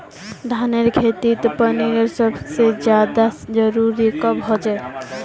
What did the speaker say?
धानेर खेतीत पानीर सबसे ज्यादा जरुरी कब होचे?